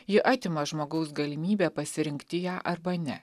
ji atima žmogaus galimybę pasirinkti ją arba ne